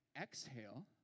exhale